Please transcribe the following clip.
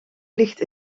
ligt